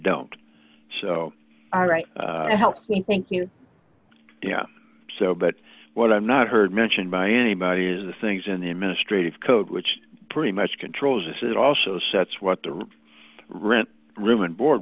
don't so all right thank you so but what i've not heard mentioned by anybody is the things in the administrative code which pretty much controls this it also sets what the rent room and board